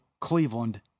Cleveland